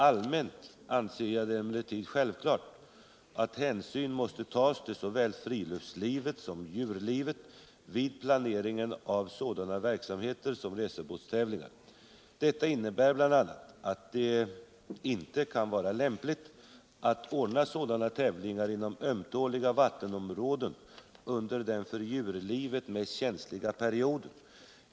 Allmänt anser jag det emellertid självklart att hänsyn måste tas till såväl friluftslivet som djurlivet vid planeringen av sådana verksamheter som racerbåtstävlingar. Detta innebär bl.a. att det inte kan vara lämpligt att ordna sådana tävlingar inom ömtåliga vattenområden under den för djurlivet mest känsliga perioden.